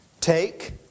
take